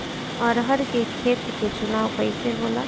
अरहर के खेत के चुनाव कइसे होला?